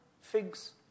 figs